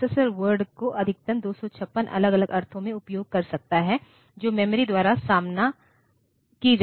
processor word का अधिकतम 256 अलग अलग अर्थों में उपयोग कर सकता है जो मेमोरी द्वारा सामना की जाती है